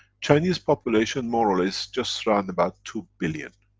chinese population, more or less, just round about two billion,